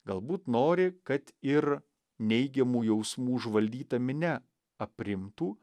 galbūt nori kad ir neigiamų jausmų užvaldyta minia aprimtų